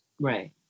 Right